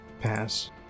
pass